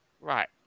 Right